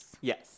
Yes